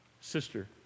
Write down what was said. sister